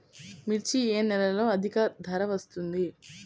మిర్చి ఏ నెలలో అధిక ధర వస్తుంది?